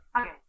okay